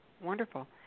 Wonderful